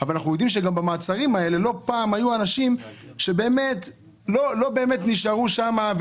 אבל אנחנו יודעים שגם במעצרים האלה לא פעם היו אנשים שלא באמת נשארו שם,